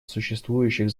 существующих